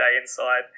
inside